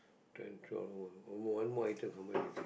ten twelve one one more item confirm missing